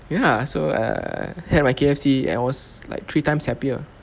ya so err had my K_F_C and I was like three times happier